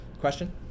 Question